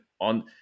on